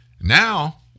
Now